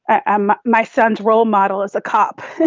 ah um my son's role model is a cop.